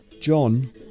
John